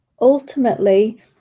ultimately